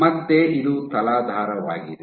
ಮತ್ತೆ ಇದು ತಲಾಧಾರವಾಗಿದೆ